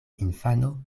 infano